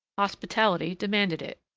hospitality demanded it.